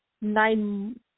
nine